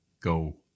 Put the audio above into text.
go